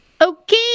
Okay